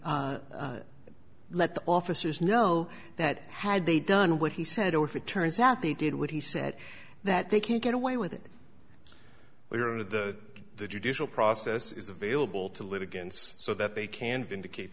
to let the officers know that had they done what he said or if it turns out they did what he said that they can get away with it we are the judicial process is available to litigants so that they can vindicate